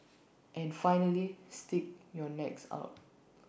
and finally stick your necks out